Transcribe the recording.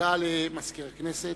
הודעה למזכיר הכנסת.